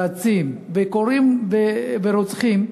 רצים ורוצחים,